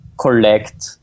collect